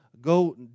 go